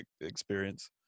experience